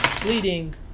bleeding